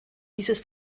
dieses